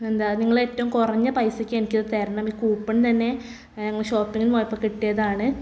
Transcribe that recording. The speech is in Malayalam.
എന്താ നിങ്ങൾ ഏറ്റവും കുറഞ്ഞ പൈസക്ക് എനിക്ക് അത് തരണം ഈ കൂപ്പൺ തന്നെ നിങ്ങളുടെ ഷോപ്പിൽ നിന്നു പോയപ്പോൾ കിട്ടിയതാണ്